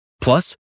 Plus